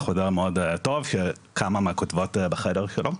זה חוזר מאוד טוב, שכמה מהכותבות שלו בחדר.